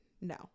No